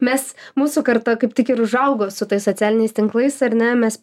mes mūsų karta kaip tik ir užaugo su tais socialiniais tinklais ar ne mes